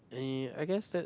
and I guess that